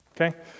Okay